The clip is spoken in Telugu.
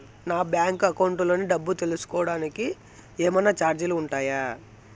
నా బ్యాంకు అకౌంట్ లోని డబ్బు తెలుసుకోవడానికి కోవడానికి ఏమన్నా చార్జీలు ఉంటాయా?